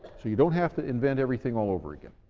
so you don't have to invent everything all over again.